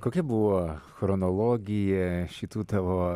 kokia buvo chronologija šitų tavo